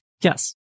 Yes